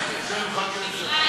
בסם אללה